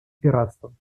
пиратством